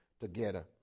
together